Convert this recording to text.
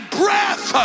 breath